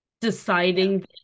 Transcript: deciding